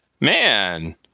Man